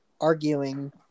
arguing